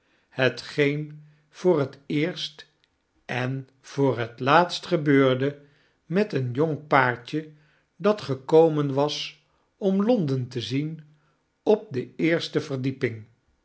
hetgeen voor het eerst en voor het laatst gebeurde met een jong paartje dat gekomen was om l on den te zien opde eerste verdieping